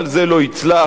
אבל זה לא יצלח.